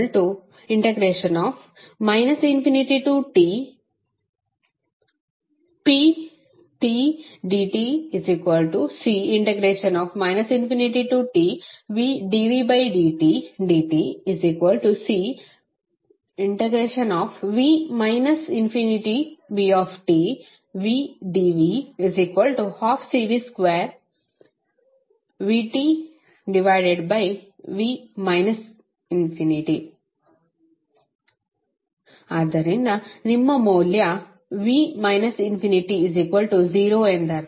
w ∞tpdτC ∞tvdvddτCv ∞vtvdv12Cv2|vtv ∞ ಆದ್ದರಿಂದ ನಿಮ್ಮ ಮೌಲ್ಯ v ∞0ಎಂದರ್ಥ